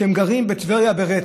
שגרים בטבריה ברצף.